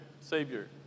Savior